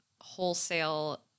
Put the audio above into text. wholesale